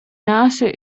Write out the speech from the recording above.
nase